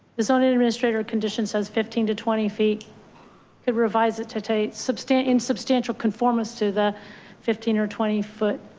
there's only an administrator condition says fifteen to twenty feet could revise it to take substain in substantial conformance to the fifteen or twenty foot,